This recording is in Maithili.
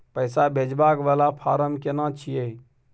पैसा भेजबाक वाला फारम केना छिए?